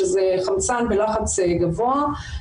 שזה חמצן בלחץ גבוה.